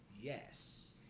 Yes